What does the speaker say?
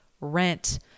rent